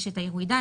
יש את עירוי דם,